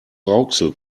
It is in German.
rauxel